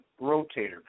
rotator